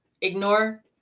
Ignore